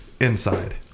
Inside